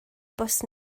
bws